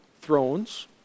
thrones